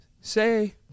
say